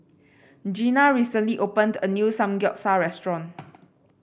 Gena recently opened a new Samgeyopsal restaurant